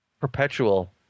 Perpetual